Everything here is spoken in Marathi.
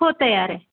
हो तयार आहे